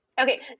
Okay